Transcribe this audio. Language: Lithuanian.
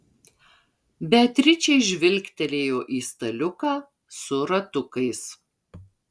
beatričė žvilgtelėjo į staliuką su ratukais